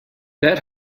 that